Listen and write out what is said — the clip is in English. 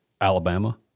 Alabama